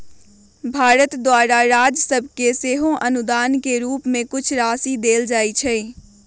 भारत द्वारा राज सभके सेहो अनुदान के रूप में कुछ राशि देल जाइ छइ